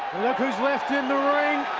look who's left in the ring?